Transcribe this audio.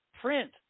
print